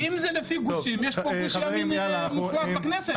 כי אם זה לפי גושים, יש פה גוש ימין מוגבר בכנסת.